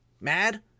mad